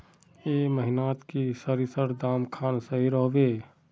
ए महीनात की सरिसर दाम खान सही रोहवे?